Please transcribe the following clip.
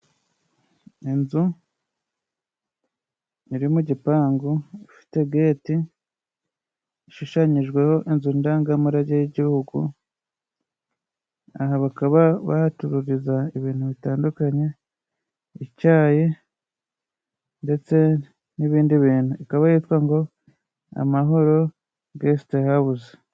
Inzu iri mu igipangu, ifite geti, ishushanyijwe ho inzu ndangamurage y'igihugu, aha bakaba bahacururiza ibintu bitandukanye: Icyayi, ndetse n'ibindi bintu. Ikaba yitwa ngo "Amahoro Gesite Hawuze".